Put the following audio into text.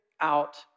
out